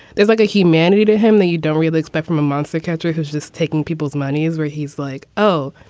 there's like a humanity to him that you don't really expect from a monster catcher who's just taking people's money is where he's like, oh,